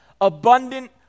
abundant